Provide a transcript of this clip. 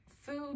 food